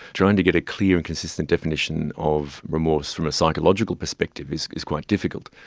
trying to get a clear and consistent definition of remorse from a psychological perspective is is quite difficult.